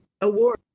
award